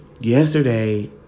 yesterday